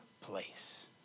place